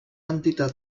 entitat